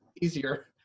easier